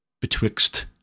betwixt